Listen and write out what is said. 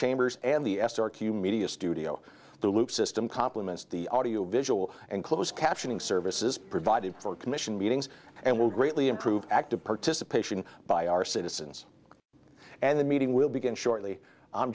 chambers and the s r q media studio the loop system complements the audio visual and closed captioning services provided for commission meetings and will greatly improve active participation by our citizens and the meeting will begin shortly